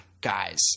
guys